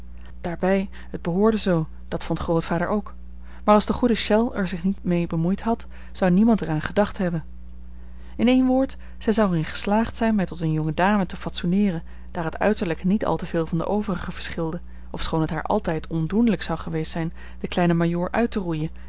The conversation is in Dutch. daarbij het behoorde zoo dat vond grootvader ook maar als de goede chelles er zich niet mee bemoeid had zou niemand er aan gedacht hebben in één woord zij zou er in geslaagd zijn mij tot eene jonge dame te fatsoeneeren daar het uiterlijke niet al te veel van de overigen verschilde ofschoon het haar altijd ondoenlijk zou geweest zijn den kleinen majoor uit te roeien